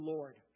Lord